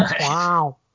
wow